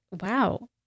Wow